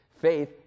faith